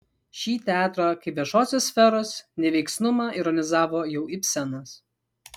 šį teatro kaip viešosios sferos neveiksnumą ironizavo jau ibsenas